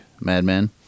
Madman